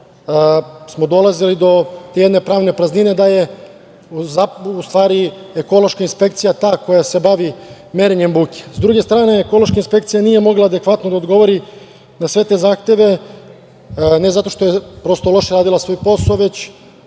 smo dolazili do jedne pravne praznine da je u stvari ekološka inspekcija ta koja se bavi merenjem buke.S druge strane, ekološka inspekcija nije mogla adekvatno da odgovori na sve te zahteve, ne zato što je prosto, loše radila svoj posao, već